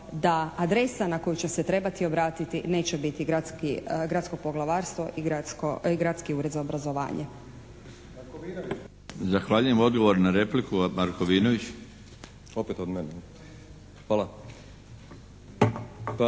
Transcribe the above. da adresa na koju će se trebati obratiti neće biti gradski, Gradsko poglavarstvo i gradsko, Gradski ured za obrazovanje.